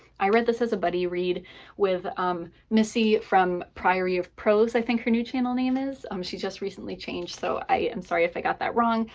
i read this as a buddy read with missie from priory of prose, i think her new channel name is. um she just recently changed, so i am sorry if i got that wrong.